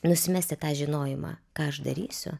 nusimesti tą žinojimą ką aš darysiu